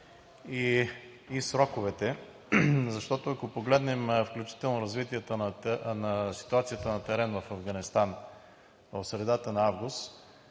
и сроковете, защото, ако погледнем, включително развитието на ситуацията на терен в Афганистан в средата на месец